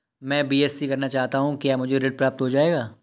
मैं बीएससी करना चाहता हूँ क्या मुझे ऋण प्राप्त हो जाएगा?